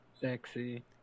Sexy